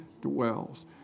Dwells